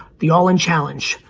the all-in challenge,